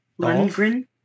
Lundgren